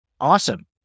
Awesome